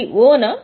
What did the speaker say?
ఇది 'O' నా